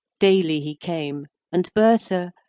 daily he came and bertha,